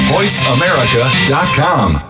VoiceAmerica.com